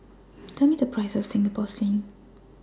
Tell Me The Price of Singapore Sling